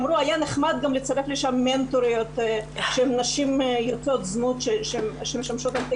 אמרו היה נחמד גם לצרף לשם מנטוריות של נשים יוצאות זנות שמשמשות כך,